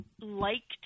liked